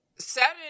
Saturday